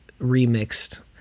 remixed